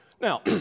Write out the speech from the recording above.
Now